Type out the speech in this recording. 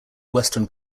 western